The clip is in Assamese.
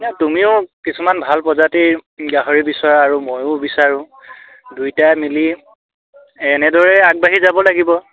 এ তুমিও কিছুমান ভাল প্ৰজাতিৰ গাহৰি বিচাৰা আৰু ময়ো বিচাৰোঁ দুয়োটাই মিলি এনেদৰে আগবাঢ়ি যাব লাগিব